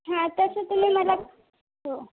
हां तसं तुम्ही मला हो